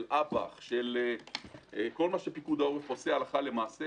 אב"כ וכל מה שעושה פיקוד העורף הלכה למעשה